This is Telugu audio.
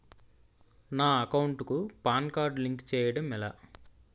నా అకౌంట్ కు పాన్ కార్డ్ లింక్ చేయడం ఎలా?